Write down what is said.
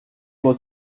was